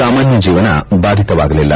ಸಾಮಾನ್ಯ ಜೀವನ ಬಾಧಿತವಾಗಲಿಲ್ಲ